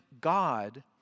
God